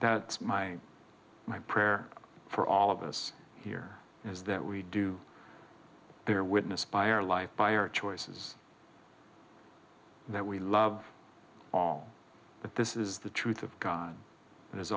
that's my my prayer for all of us here is that we do their witness by our life by our choices that we love all but this is the truth of god